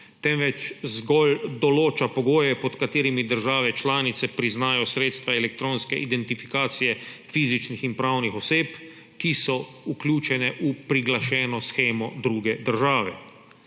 temveč zgolj določa pogoje, pod katerimi države članice priznajo sredstva elektronske identifikacije fizičnih in pravnih oseb, ki so vključene v priglašeno shemo druge države. Predlog